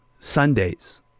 Sundays